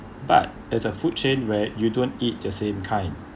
but as a food chain where you don't eat your same kind